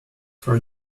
for